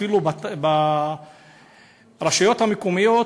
אפילו ברשויות המקומיות,